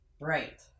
Right